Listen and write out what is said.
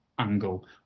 angle